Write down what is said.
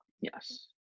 Yes